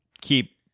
keep